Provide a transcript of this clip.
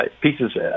pieces